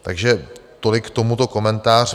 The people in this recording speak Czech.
Takže tolik k tomuto komentář.